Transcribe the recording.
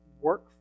work